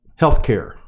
healthcare